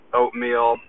oatmeal